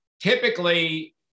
typically